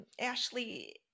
Ashley